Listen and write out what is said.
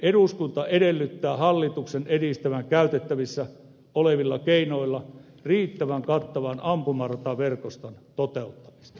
eduskunta edellyttää hallituksen edistävän käytettävissä olevilla keinoilla riittävän kattavan ampumarataverkoston toteuttamista